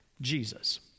Jesus